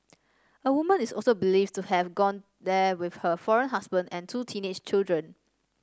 a woman is also believed to have gone there with her foreign husband and two teenage children